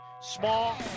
small